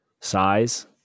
Size